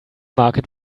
market